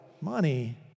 money